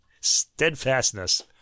Steadfastness